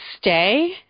stay